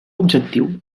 objectiu